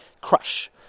Crush